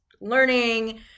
learning